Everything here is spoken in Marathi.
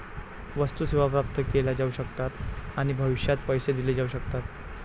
वस्तू, सेवा प्राप्त केल्या जाऊ शकतात आणि भविष्यात पैसे दिले जाऊ शकतात